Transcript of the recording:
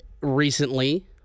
recently